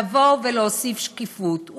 לבוא ולהוסיף שקיפות.